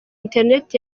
internet